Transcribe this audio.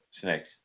snakes